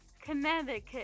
Connecticut